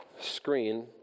screen